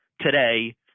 Today